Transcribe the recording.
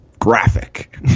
graphic